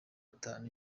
atanu